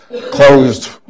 closed